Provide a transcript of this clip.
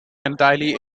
entirely